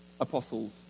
apostles